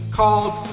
called